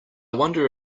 wonder